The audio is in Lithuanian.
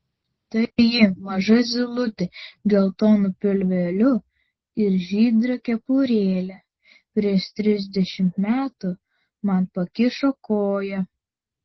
tai ji maža zylutė geltonu pilveliu ir žydra kepurėle prieš trisdešimt metų man pakišo koją